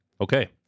Okay